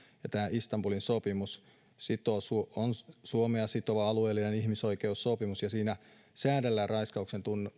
tämä istanbulin sopimus on suomea sitova alueellinen ihmisoikeussopimus ja siinä säädellään raiskauksen